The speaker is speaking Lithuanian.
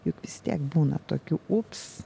juk vis tiek būna tokių ups